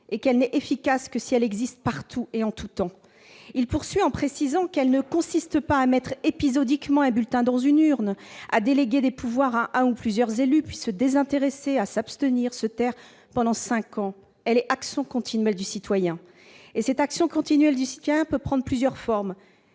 et qu'elle « n'est efficace que si elle existe partout et en tout temps ». Il poursuivait en précisant que la démocratie « ne consiste pas à mettre épisodiquement un bulletin dans une urne, à déléguer les pouvoirs à un ou plusieurs élus, puis à se désintéresser, s'abstenir, se taire pendant cinq ans. Elle est action continuelle du citoyen. » Cette « action continuelle du citoyen » peut prendre plusieurs formes